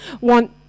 want